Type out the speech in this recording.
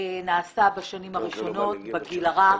נעשה בשנים הראשונות בגיל הרך,